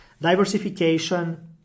diversification